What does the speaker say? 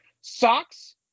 socks